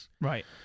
right